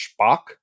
Spock